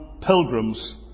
pilgrims